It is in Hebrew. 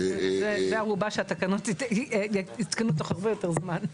זו הערובה שהתקנות יותקנו תוך יותר זמן.